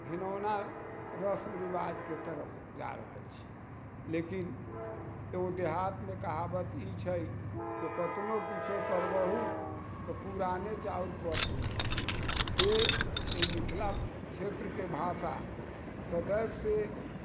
घिनौना रस्म रिवाजके तरफ जा रहल छी लेकिन एगो देहातमे कहावत ई छै जे कितनो किछो करबौहुँ तऽ पुराने चाउर पौथ होइ छै से इ मिथिला क्षेत्रके भाषा सदैवसँ